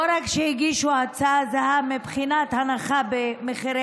לא רק שהגישו הצעה זהה מבחינת הנחה במחירי